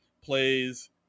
plays